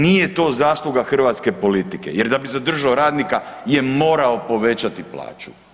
Nije to zasluga hrvatske politike jer da bi zadržao radnika je morao povećati plaću.